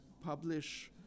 publish